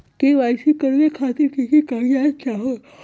KYC करवे खातीर के के कागजात चाहलु?